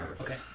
Okay